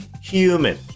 human